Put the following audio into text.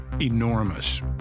Enormous